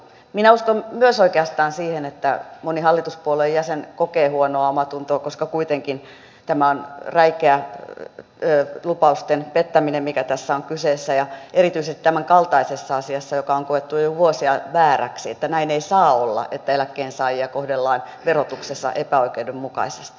minä uskon myös oikeastaan siihen että moni hallituspuolueen jäsen kokee huonoa omaatuntoa koska kuitenkin tämä on räikeä lupausten pettäminen mikä tässä on kyseessä erityisesti tämän kaltaisessa asiassa joka on koettu jo vuosia vääräksi että näin ei saa olla että eläkkeensaajia kohdellaan verotuksessa epäoikeudenmukaisesti